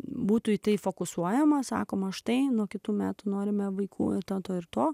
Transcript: būtų tai fokusuojama sakoma štai nuo kitų metų norime vaikų etato ir to